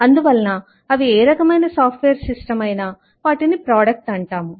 అందువలన అవి ఏ రకమైన సాఫ్ట్వేర్ సిస్టమ్ అయినా వాటిని ప్రోడక్ట్ అంటాము